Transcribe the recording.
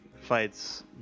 fights